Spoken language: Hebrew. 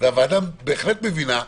והוועדה בהחלט מבינה,